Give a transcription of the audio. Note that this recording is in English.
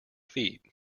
feet